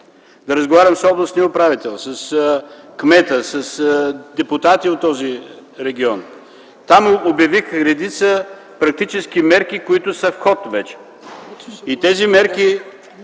да разговарям с областния управител, с кмета и с депутати от този регион. Там обявих редица практически мерки, които вече са в ход. Тези мерки